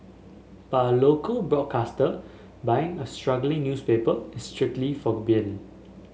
but a local broadcaster buying a struggling newspaper is strictly